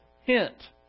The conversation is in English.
hint